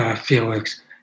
Felix